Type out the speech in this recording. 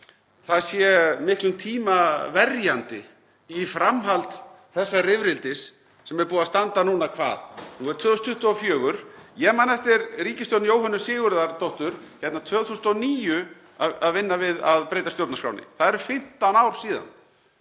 það sé miklum tíma verjandi í framhald þessa rifrildis sem er búið að standa núna síðan — nú er 2024 og ég man eftir ríkisstjórn Jóhönnu Sigurðardóttur hérna 2009 að vinna við að breyta stjórnarskránni. Það eru 15 ár síðan.